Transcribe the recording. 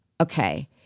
okay